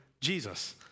Jesus